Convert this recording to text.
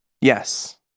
Yes